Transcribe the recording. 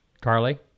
Carly